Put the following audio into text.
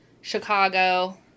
Chicago